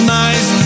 nice